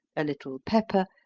a little pepper,